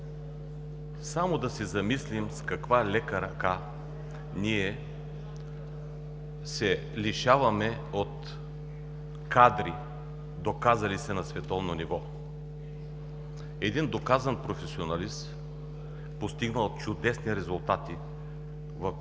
Само да се замислим с каква лека ръка ние се лишаваме от кадри, доказали се на световно ниво. Един доказан професионалист, постигнал чудесни резултати в